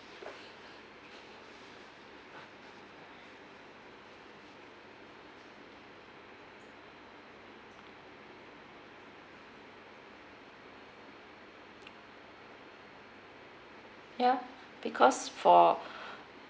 ya because for